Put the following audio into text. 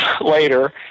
later